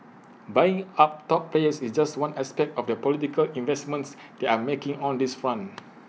buying up top players is just one aspect of the political investments they are making on this front